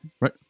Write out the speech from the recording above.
Right